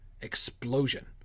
Explosion